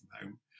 home